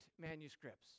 manuscripts